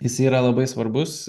jis yra labai svarbus